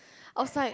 outside